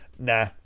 Nah